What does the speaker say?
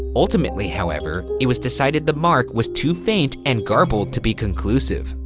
ultimately, however, it was decided the mark was too faint and garbled to be conclusive.